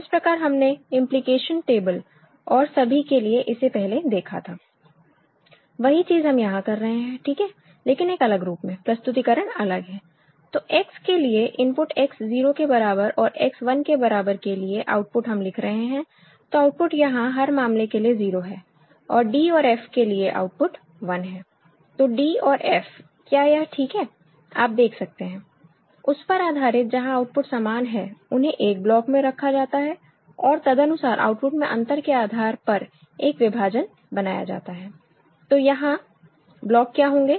जिस प्रकार हमने इंप्लीकेशन टेबल और सभी के लिए इसे पहले देखा था वही चीज हम यहां कर रहे हैं ठीक है लेकिन एक अलग रूप में प्रस्तुतीकरण अलग है तो X के लिए इनपुट X 0 के बराबर और X 1 के बराबर के लिए आउटपुट हम लिख रहे हैं तो आउटपुट यहां हर मामले के लिए 0 है और d और f के लिए आउटपुट 1 है तो d और f क्या यह ठीक है आप देख सकते हैं उस पर आधारित जहां आउटपुट समान है उन्हें एक ब्लॉक में रखा जाता है और तदनुसार आउटपुट में अंतर के आधार पर एक विभाजन बनाया जाता है तो यहां ब्लॉक क्या होंगे